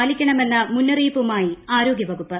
പാലിക്കണമെന്ന മുന്നറിയിപ്പുമായി ആരോഗ്യ വകുപ്പ്